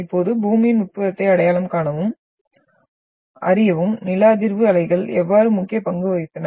இப்போது பூமியின் உட்புறத்தை அடையாளம் காணவும் அறியவும் நில அதிர்வு அலைகள் எவ்வாறு முக்கிய பங்கு வகித்தன